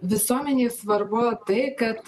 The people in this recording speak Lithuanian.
visuomenei svarbu tai kad